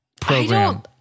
program